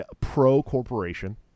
pro-corporation